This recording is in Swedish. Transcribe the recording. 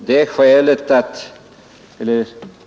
Herr talman!